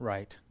Right